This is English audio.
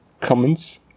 Comments